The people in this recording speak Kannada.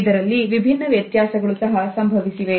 ಇದರಲ್ಲಿ ವಿಭಿನ್ನ ವ್ಯತ್ಯಾಸಗಳು ಸಹ ಸಂಭವಿಸಿವೆ